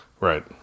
Right